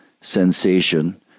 sensation